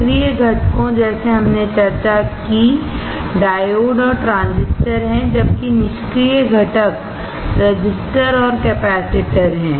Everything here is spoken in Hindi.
सक्रिय घटकों जैसे हमने चर्चा की डायोड और ट्रांजिस्टर हैं जबकि निष्क्रिय घटक प्रतिरोधकऔर कैपेसिटर हैं